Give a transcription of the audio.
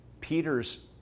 Peter's